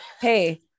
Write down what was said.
Hey